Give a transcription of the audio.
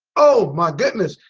oh my goodness!